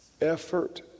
effort